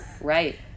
Right